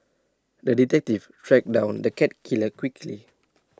the detective tracked down the cat killer quickly